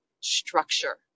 structure